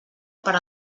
per